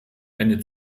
eine